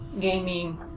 gaming